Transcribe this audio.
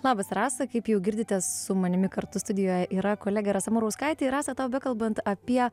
labas rasa kaip jau girdite su manimi kartu studijoje yra kolegė rasa murauskaitė ir rasa tau bekalbant apie